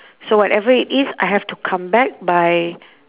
so whatever it is I have to come back by